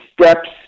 steps